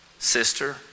Sister